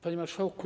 Panie Marszałku!